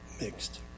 mixed